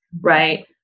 right